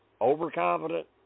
overconfident